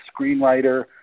screenwriter